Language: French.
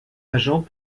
agent